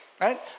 right